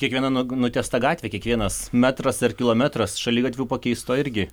kiekviena nug nutiesta gatvė kiekvienas metras ar kilometras šaligatvių pakeista irgi